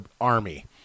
army